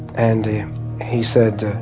and he said,